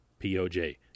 poj